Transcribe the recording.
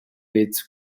its